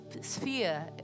sphere